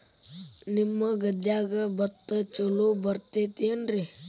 ನಿಮ್ಮ ಗದ್ಯಾಗ ಭತ್ತ ಛಲೋ ಬರ್ತೇತೇನ್ರಿ?